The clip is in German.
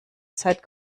seit